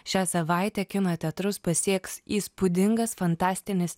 šią savaitę kino teatrus pasieks įspūdingas fantastinis